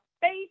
faith